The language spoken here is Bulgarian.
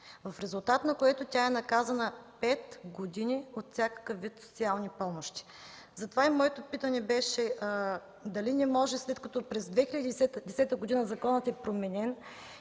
в резултат на което тя е наказана за пет години от всякакъв вид социални помощи. Моето питане беше: дали не може, след като през 2010 г. законът е променен